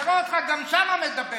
נראה אותך גם שם מדבר.